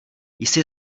jsi